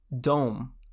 Dome